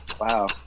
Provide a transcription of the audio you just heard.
Wow